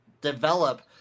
develop